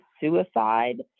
suicide